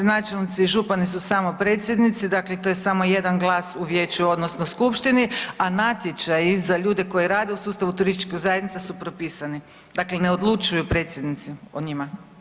Da, gradonačelnici, načelnici i župani su samo predsjednici, dakle to je samo jedan glas u vijeću odnosno skupštini, a natječaji za ljude koji rade u sustavu turističkih zajednica su propisani, dakle ne odlučuju predsjednici o njima.